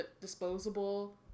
Disposable